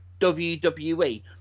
WWE